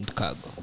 cargo